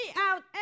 out